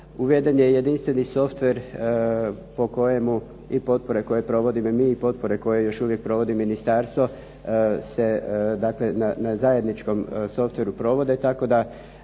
Uveden je jedinstveni softver po kojemu i potpore koje provodimo mi i potpore koje još uvijek provodi ministarstvo se na zajedničkom softveru provode